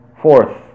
fourth